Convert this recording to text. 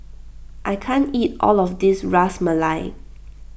I can't eat all of this Ras Malai